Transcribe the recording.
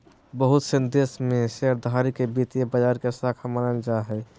बहुत से देश में शेयरधारी के वित्तीय बाजार के शाख मानल जा हय